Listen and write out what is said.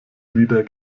wieder